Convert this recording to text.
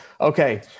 Okay